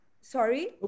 Sorry